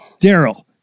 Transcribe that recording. Daryl